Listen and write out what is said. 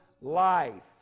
life